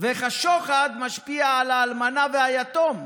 ואיך השוחד משפיע על האלמנה והיתום.